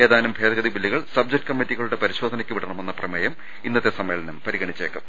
ഏതാനും ഭേദഗതി ബില്ലുകൾ സബ്ജക്റ്റ് കമ്മറ്റികളുടെ പരിശോധ നയ്ക്ക് വിടണമെന്ന പ്രമേയം ഇന്നത്തെ സമ്മേളനം പരിഗണിച്ചേ ക്കും